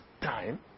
time